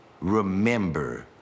remember